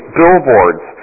billboards